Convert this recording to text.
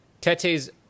Tete's